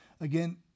again